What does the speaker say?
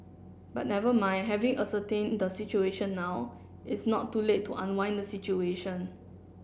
but never mind having ascertain the situation now it's not too late to unwind the situation